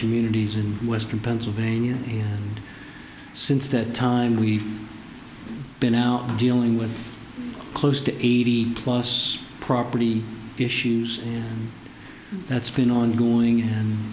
communities in western pennsylvania since that time we've been now dealing with close to eighty plus property issues that's been ongoing a